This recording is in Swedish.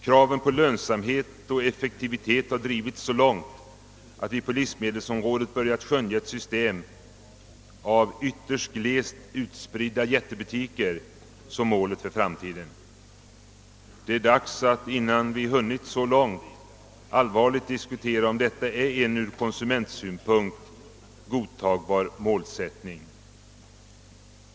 Kravet på lönsamhet och effektivitet har drivits så långt att vi på livsmedelsområdet börjat skönja ett system av glest utspridda jättebutiker som målet för framtiden. Det är dags att innan vi hunnit så långt allvarligt diskutera om detta är en ur konsumentsynpunkt godtagbar målsättning.